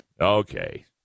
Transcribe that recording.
Okay